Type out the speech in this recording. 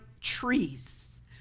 trees